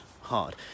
hard